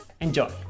enjoy